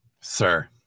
sir